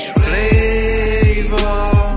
flavor